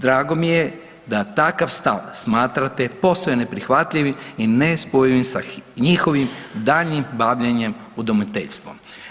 Drago mi je da takav stav smatrate posve neprihvatljivim i nespojivim sa njihovim daljnjim bavljenjem udomiteljstvom.